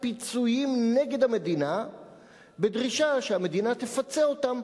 פיצויים נגד המדינה בדרישה שהמדינה תפצה אותם,